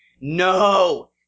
No